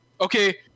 okay